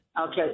Okay